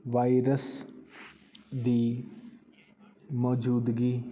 virus ਦੀ ਮੌਜੂਦਗੀ